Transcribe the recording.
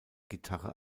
gitarre